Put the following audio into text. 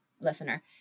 listener